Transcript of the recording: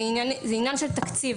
זה עניין של תקציב.